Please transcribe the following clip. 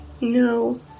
No